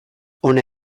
hona